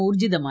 ഊർജ്ജിതമായി